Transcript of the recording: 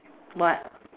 what